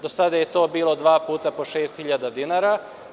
Do sada je to bilo dva puta po 6.000 dinara.